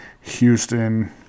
Houston